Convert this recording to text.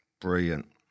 Brilliant